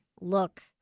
look